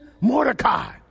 Mordecai